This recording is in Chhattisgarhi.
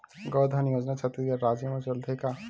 गौधन योजना छत्तीसगढ़ राज्य मा चलथे का?